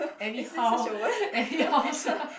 anyhow anyhow sia